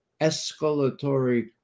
escalatory